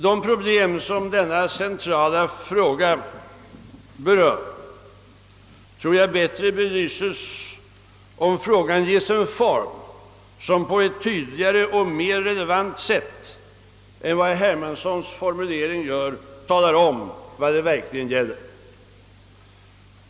De problem som denna centrala fråga berör tror jag belyses bättre, om frågan ges en form som på ett tydligare och mera relevant sätt än herr Hermanssons formulering talar om vad det verkligen gäller.